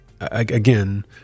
again